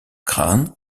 crane